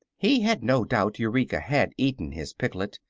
he had no doubt eureka had eaten his piglet,